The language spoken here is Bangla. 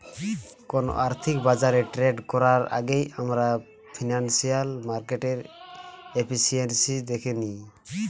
কোনো আর্থিক বাজারে ট্রেড করার আগেই আমরা ফিনান্সিয়াল মার্কেটের এফিসিয়েন্সি দ্যাখে নেয়